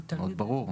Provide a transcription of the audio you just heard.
זה מאוד ברור.